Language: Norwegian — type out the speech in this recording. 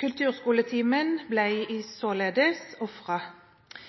Kulturskoletimen ble således ofret.